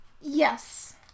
Yes